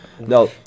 No